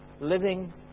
living